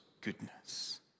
goodness